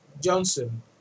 johnson